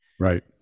Right